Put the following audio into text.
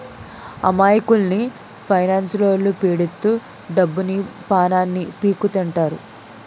అమాయకుల్ని ఫైనాన్స్లొల్లు పీడిత్తు డబ్బుని, పానాన్ని పీక్కుతింటారు